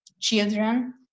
Children